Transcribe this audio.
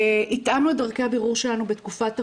התאמנו את דרכי הבירור שלנו בתקופת הקורונה,